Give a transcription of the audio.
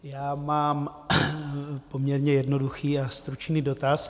Já mám poměrně jednoduchý a stručný dotaz.